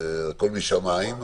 הכול משמים.